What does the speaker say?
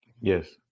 yes